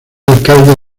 alcalde